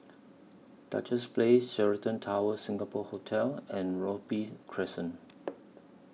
Duchess Place Sheraton Towers Singapore Hotel and Robey Crescent